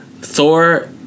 Thor